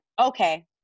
okay